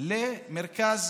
למרכז